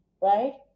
right